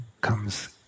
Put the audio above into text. comes